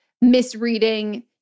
misreading